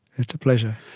it's a pleasure.